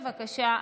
בבקשה.